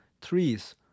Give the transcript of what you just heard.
trees